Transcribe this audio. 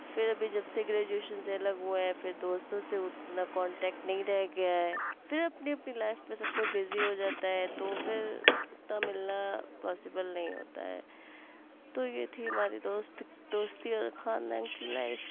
پھر ابھی جب سے گریجویشن سے الگ ہوئے ہیں پھر دوستوں سے اتنا کانٹیکٹ نہیں رہ گیا ہے پھر اپنے اپنے لائف میں سب کوئی بزی ہو جاتا ہے تو پھر اتنا ملنا پاسیبل نہیں ہوتا ہے تو یہ تھی ہماری دوست دوستی اور خاندان کی لائف